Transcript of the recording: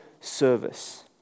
service